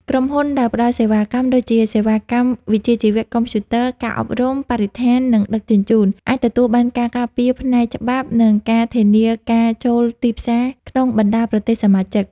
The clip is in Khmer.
ក្រុមហ៊ុនដែលផ្តល់សេវាកម្ម ដូចជាសេវាកម្មវិជ្ជាជីវៈ កុំព្យូទ័រ ការអប់រំ បរិស្ថាន និងដឹកជញ្ជូន អាចទទួលបានការការពារផ្នែកច្បាប់ និងការធានាការចូលទីផ្សារក្នុងបណ្តាប្រទេសសមាជិក។